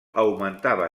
augmentava